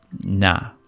nah